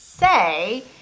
Say